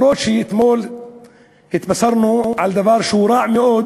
ואולם אתמול התבשרנו בדבר רע מאוד,